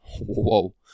Whoa